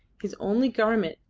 his only garment,